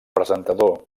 presentador